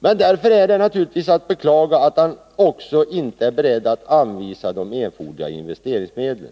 Därför är det naturligtvis att beklaga att han inte också är beredd att anvisa erforderliga investeringsmedel.